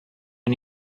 and